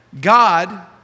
God